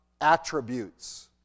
attributes